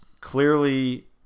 Clearly